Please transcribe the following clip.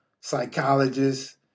psychologists